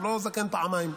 הוא לא זקן פעמיים.